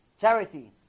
charity